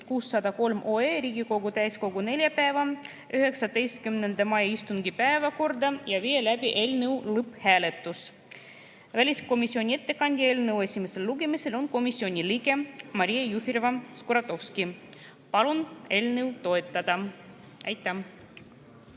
603 Riigikogu täiskogu neljapäeva, 19. mai istungi päevakorda ja viia läbi eelnõu lõpphääletus. Väliskomisjoni ettekandja eelnõu esimesel lugemisel on komisjoni liige Maria Jufereva‑Skuratovski. Palun eelnõu toetada. Aitäh!